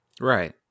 Right